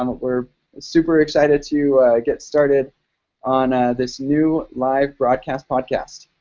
um we're super excited to get started on this new live broadcast podcast.